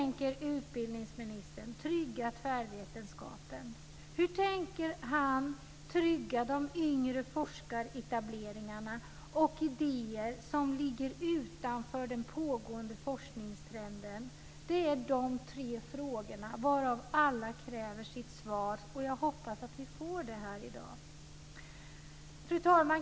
Hur utbildningsministern tänker trygga tvärvetenskapen, de yngre forskaretableringarna och idéer som ligger utanför den pågående forskningstrenden är tre frågor som alla kräver sitt svar. Jag hoppas att vi får det i dag. Fru talman!